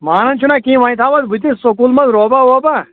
مانان چھُنا کیٚنٛہہ وۅنۍ تھاوَس بہٕ تہِ سکوٗل منٛز روبا ووٚبا